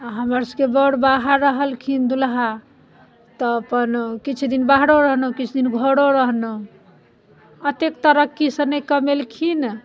आ हमर सबके बर बाहर रहलखिन दूल्हा तऽ अपन किछु दिन बाहर रहलहुँ किछु दिन घरो रहलहुँ एते तरक्कीसँ नहि कमेलखिन